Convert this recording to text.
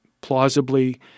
plausibly